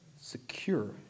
Secure